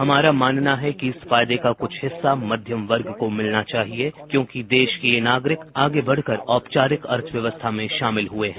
हमारा मानना है कि इस फायदे का कुछ हिस्सा मध्यम वर्ग को मिलना चाहिए क्योंकि देश के यह नागरिक आगे बढ़कर औपचारिक अर्थव्यवस्था में शामिल हुए हैं